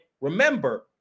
remember